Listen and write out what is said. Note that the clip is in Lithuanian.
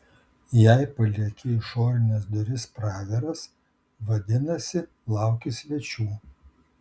jei palieki išorines duris praviras vadinasi lauki svečių